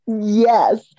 yes